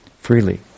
freely